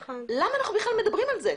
למה אנחנו בכלל מדברים על זה?